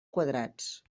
quadrats